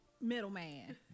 middleman